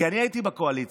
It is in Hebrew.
כי אני הייתי בקואליציה,